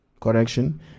correction